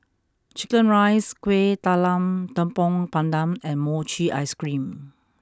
Chicken Rice Kueh Talam Tepong Pandan and Mochi Ice Cream